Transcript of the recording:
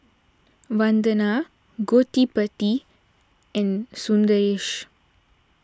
Vandana Gottipati and Sundaresh